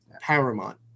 paramount